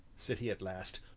said he at last,